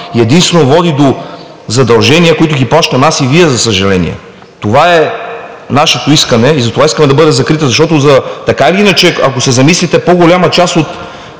единствено води до задължения, които ги плащам аз и Вие, за съжаление. Това е нашето искане и затова искаме да бъде закрита. Защото, ако се замислите, по-голяма част от